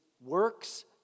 works